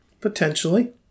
Potentially